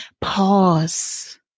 Pause